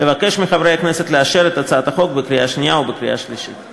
אבקש מחברי הכנסת לאשר את הצעת החוק בקריאה השנייה ובקריאה השלישית.